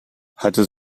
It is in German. hatte